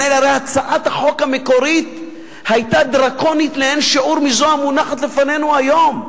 הצעת החוק המקורית היתה דרקונית לאין שיעור מזו המונחת לפנינו היום,